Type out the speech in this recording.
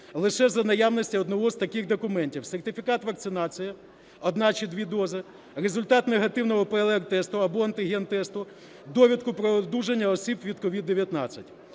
лише за наявності одного з таких документів: сертифікат вакцинації – одна чи дві дози, результат негативного ПЛР-тесту або антиген-тесту, довідку про одужання осіб від COVID-19.